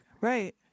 Right